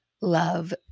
love